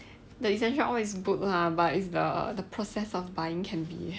the essential oil is good lah but it's the the process of buying can be